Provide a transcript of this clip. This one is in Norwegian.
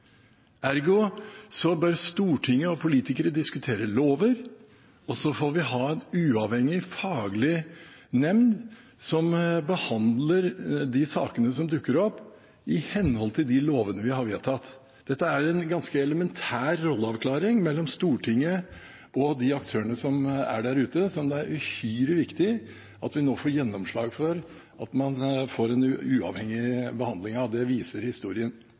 bør Stortinget og politikere diskutere lover, og så får vi ha en uavhengig faglig nemnd som behandler de sakene som dukker opp, i henhold til de lovene vi har vedtatt. Dette er en ganske elementær rolleavklaring mellom Stortinget og de aktørene som er der ute, som det er uhyre viktig at vi nå får gjennomslag for at man får en uavhengig behandling av. Det viser historien.